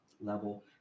level